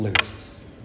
loose